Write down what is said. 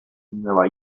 nueva